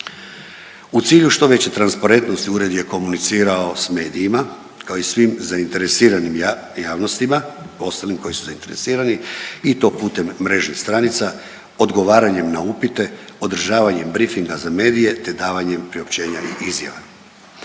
U cilju što veće transparentnosti, Ured je komunicirao s medijima, kao i svim zainteresiranim javnostima, ostalim koji su zainteresirani i to putem mrežnih stranica, odgovaranjem na upite, održavanjem brifinga za medije te davanjem priopćenja i izjava.